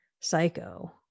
psycho